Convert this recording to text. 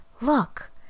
Look